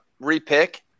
repick